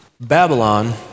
Babylon